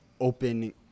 open